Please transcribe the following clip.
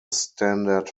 standard